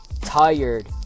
tired